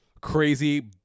Crazy